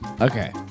okay